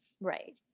right